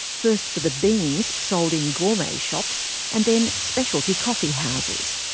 first for the beans sold in gourmet shops, and then specialty coffee houses.